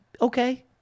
Okay